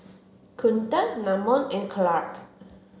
Kunta Namon and Clark